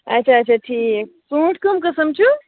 اَچھا اَچھا ٹھیٖک ژوٗنٛٹھۍ کَم قٕسٕم چھِو